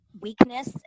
weakness